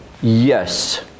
yes